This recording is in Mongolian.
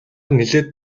нэлээд